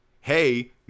hey